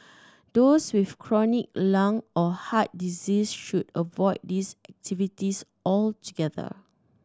those with chronic lung or heart disease should avoid these activities altogether